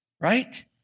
right